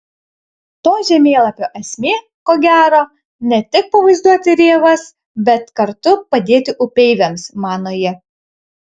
to žemėlapio esmė ko gero ne tik pavaizduoti rėvas bet kartu padėti upeiviams mano ji